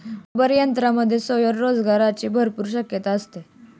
rubber तंत्रज्ञानामध्ये स्वयंरोजगाराची भरपूर शक्यता आहे